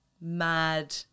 mad